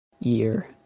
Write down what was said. year